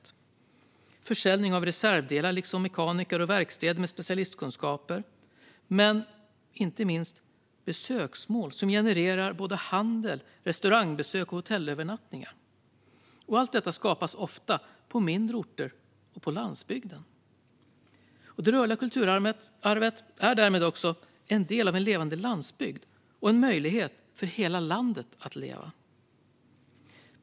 Det handlar om försäljning av reservdelar liksom om mekaniker och verkstäder med specialistkunskaper. Men det är inte minst besöksmål som genererar både handel, restaurangbesök och hotellövernattningar. Allt detta skapas ofta på mindre orter och på landsbygden. Det rörliga kulturarvet är därmed också en del av en levande landsbygd och en möjlighet för hela landet att leva.